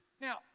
Now